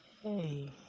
Hey